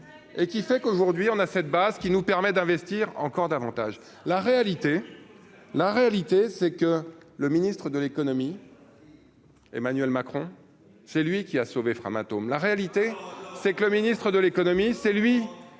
et qui fait qu'aujourd'hui on a fait, bah, ce qui nous permet d'investir encore davantage la réalité, la réalité c'est que le ministre de l'Économie, Emmanuel Macron, c'est lui qui a sauvé Framatome, la réalité c'est que le ministre de l'Économie et c'est lui